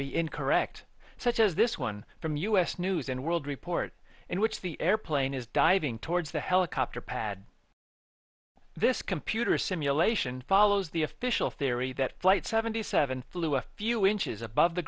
be incorrect such as this one from u s news and world report in which the airplane is diving towards the helicopter pad this computer simulation follows the official theory that flight seventy seven flew a few inches above the